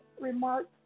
remarks